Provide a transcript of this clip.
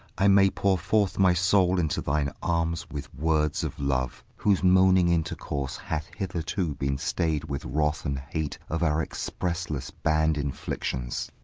i may pour forth my soul into thine arms with words of love, whose moaning intercourse hath hitherto been stay'd with wrath and hate of our expressless bann'd inflictions.